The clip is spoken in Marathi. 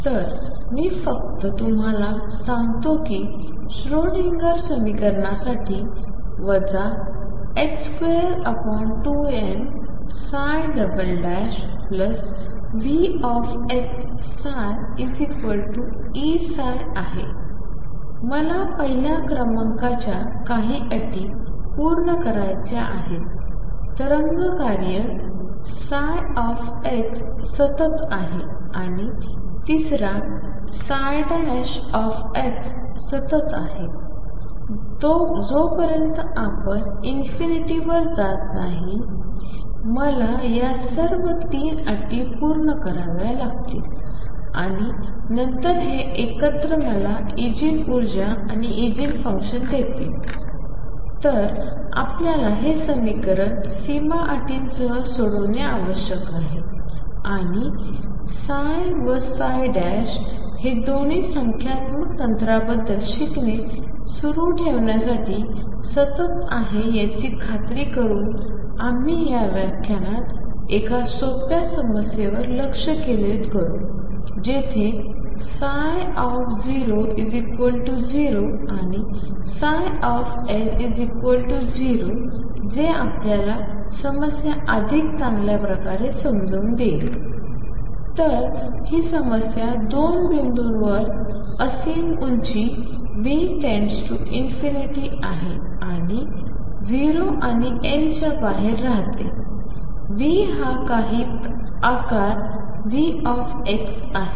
तर मी फक्त तुम्हाला सांगतो की श्रोडिंगर समीकरणासाठी वजा 22m VxψEψ आहे मला पहिल्या क्रमांकाच्या काही अटी पूर्ण करायच्या आहेत तरंग कार्य ψx सतत आहे आणि तिसरा सतत आहे जोपर्यंत आपण∞ वर जात नाही मला या सर्व 3 अटी पूर्ण कराव्या लागतील आणि नंतर हे एकत्र मला इगेन ऊर्जा आणि इगेन फुंकशन देतील तर आपल्याला हे समीकरण सीमां अटी सह सोडवणे आवश्यक आहे आणि ψ व ψ हे दोन्ही संख्यात्मक तंत्रांबद्दल शिकणे सुरू ठेवण्यासाठी सतत आहेत याची खात्री करून आम्ही या व्याख्यानात एका सोप्या समस्येवर लक्ष केंद्रित करू जेथे 00 आणि L0जे आपल्याला समस्या अधिक चांगल्या प्रकारे समजून देईल तर ही समस्या दोन बिंदूंवर असीम उंच V→∞ आहे आणि and 0 आणि L च्या बाहेर राहते V हा काही आकार V आहे